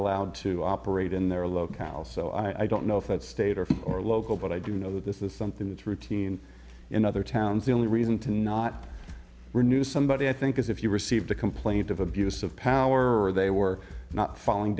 allowed to operate in their locale so i don't know if that's state or for local but i do know this is something that routine in other towns the only reason to not renew somebody i think is if you received a complaint of abuse of power or they were not falling